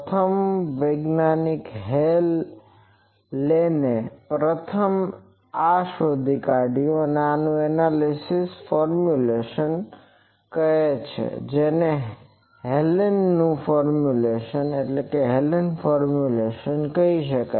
પ્રથમ વૈજ્ઞાનિક હેલેને પ્રથમ આ શોધી કાઢયુંએનાલીસીસનું આ ફોર્મ્યુલેસન છે જેને હેલેનનું ફોર્મ્યુલેશનformulationરચના કહે છે જે આપણે જોઈશું